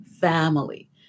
family